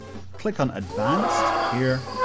click on advanced, here.